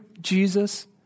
Jesus